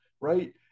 right